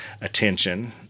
attention